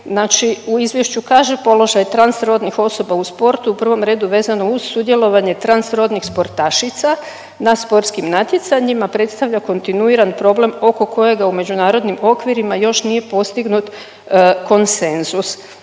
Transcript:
znači u izvješću kaže, položaj transrodnih osoba u sportu u prvom redu je vezano uz sudjelovanje transrodnih sportašica na sportskim natjecanjima predstavlja kontinuiran problem oko kojega u međunarodnim okvirima još nije postignut konsenzus.